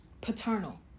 Paternal